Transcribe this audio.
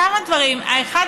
כמה דברים: האחד,